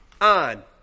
on